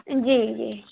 जी जी